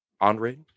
Andre